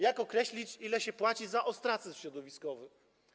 Jak określić, ile się płaci za ostracyzm środowiskowy?